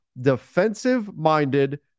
defensive-minded